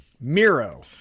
Miro